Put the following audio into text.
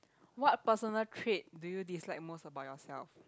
what personal trait do you dislike most about yourself